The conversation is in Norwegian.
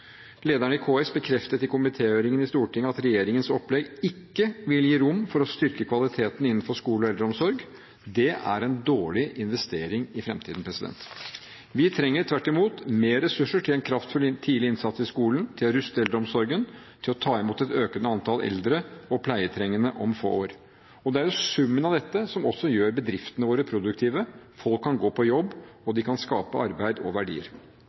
i KS bekreftet i komitéhøringen i Stortinget at regjeringens opplegg ikke vil gi rom for å styrke kvaliteten innenfor skole og eldreomsorg. Det er en dårlig investering i framtiden. Vi trenger tvert imot mer ressurser til en kraftfull tidlig innsats i skolen, til å ruste eldreomsorgen, til å ta imot et økende antall eldre og pleietrengende om få år. Og det er jo summen av dette som også gjør bedriftene våre produktive. Folk kan gå på jobb, og de kan skape arbeid og verdier.